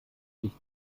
sich